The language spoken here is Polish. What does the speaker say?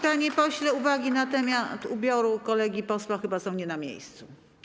Panie pośle, uwagi na temat ubioru kolegi posła chyba są nie na miejscu.